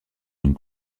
d’une